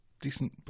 decent